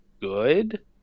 good